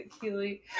Keely